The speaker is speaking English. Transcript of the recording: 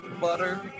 Butter